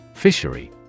Fishery